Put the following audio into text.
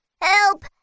Help